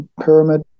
pyramid